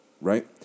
Right